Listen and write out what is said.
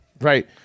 right